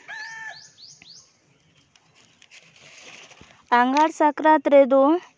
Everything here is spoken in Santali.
ᱟᱸᱜᱷᱟᱲ ᱥᱟᱠᱨᱟᱛ ᱨᱮᱫᱚ